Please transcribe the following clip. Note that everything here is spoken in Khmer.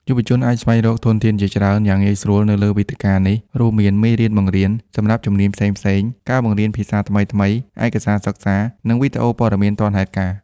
យុវជនអាចស្វែងរកធនធានជាច្រើនយ៉ាងងាយស្រួលនៅលើវេទិកានេះ រួមមាន មេរៀនបង្រៀន សម្រាប់ជំនាញផ្សេងៗ ការបង្រៀនភាសាថ្មីៗ ឯកសារសិក្សា និងវីដេអូព័ត៌មានទាន់ហេតុការណ៍។